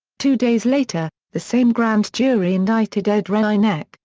two days later, the same grand jury indicted ed reinecke,